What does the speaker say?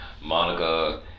monica